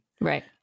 Right